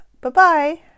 bye-bye